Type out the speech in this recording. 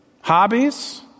hobbies